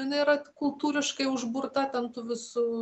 jinai yra kultūriškai užburta ten tų visų